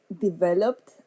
developed